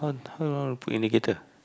how how you want to put indicator